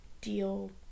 deal